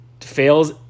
fails